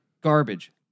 garbage